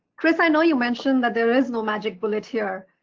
chris, i know you mentioned that there is no magic bullet here,